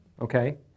okay